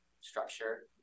structure